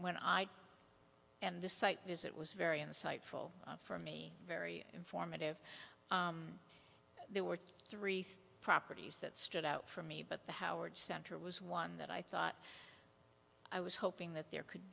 when i and the site visit was very insightful for me very informative there were three properties that stood out for me but the howard center was one that i thought i was hoping that there could